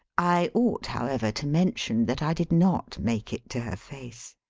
i ought, however, to mention that i did not make it to her face.